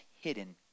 hidden